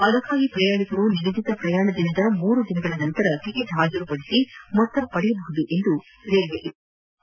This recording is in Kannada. ಅದಕ್ಕಾಗಿ ಪ್ರಯಾಣಿಕರು ನಿಗದಿತ ಪ್ರಯಾಣ ದಿನದ ಮೂರು ದಿನಗಳ ನಂತರ ಟಿಕೆಟ್ ಹಾಜರುಪದಿಸಿ ಮೊತ್ತ ಪಡೆಯಬಹುದೆಂದು ರೈಲ್ವೆ ಇಲಾಖೆ ತಿಳಿಸಿದೆ